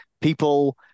people